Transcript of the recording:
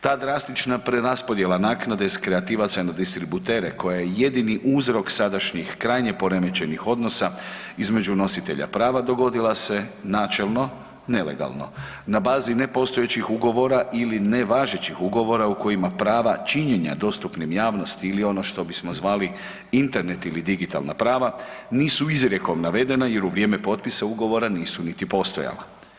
Ta drastična preraspodjela naknade s kreativaca na distributere koja je jedini uzrok sadašnjih krajnje poremećenih odnosa između nositelja prava dogodila se načelno nelegalno na bazi nepostojećih ugovora ili ne važećih ugovora u kojima prava činjenja dostupnim javnosti ili ono što bismo zvali Internet ili digitalna prava nisu izrijekom navedena jer u vrijeme potpisa ugovora nisu niti postojala.